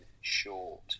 short